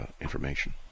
information